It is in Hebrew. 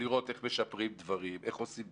ולראות איך משפרים דברים, איך עושים.